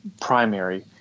primary